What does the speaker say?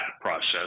process